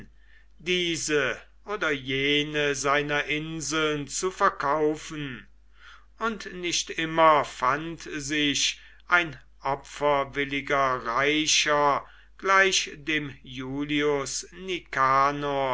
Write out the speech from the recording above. diese oder jene seiner inseln zu verkaufen und nicht immer fand sich ein opferwilliger reicher gleich dem iulius